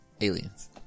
Aliens